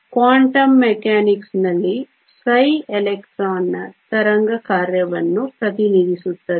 quantum ಮೆಕ್ಯಾನಿಕ್ಸ್ನಲ್ಲಿ ψ ಎಲೆಕ್ಟ್ರಾನ್ನ ತರಂಗ ಕಾರ್ಯವನ್ನು ಪ್ರತಿನಿಧಿಸುತ್ತದೆ